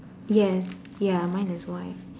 yes ya mine is white